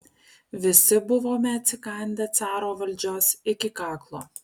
visi buvome atsikandę caro valdžios iki kaklo